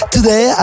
Today